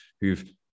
who've